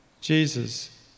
Jesus